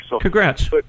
Congrats